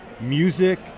music